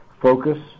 focus